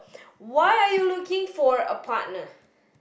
why are you looking for a partner